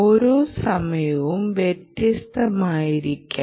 ഓരോ സമയവും വ്യത്യസ്തമായിരിക്കും